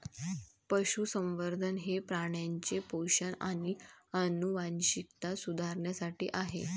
पशुसंवर्धन हे प्राण्यांचे पोषण आणि आनुवंशिकता सुधारण्यासाठी आहे